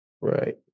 right